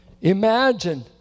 imagine